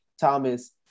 Thomas